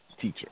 teacher